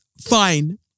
Fine